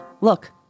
Look